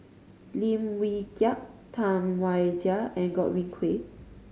Lim Wee Kiak Tam Wai Jia and Godwin Koay